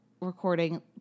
recording